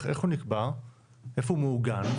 איפה הוא מעוגן?